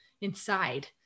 inside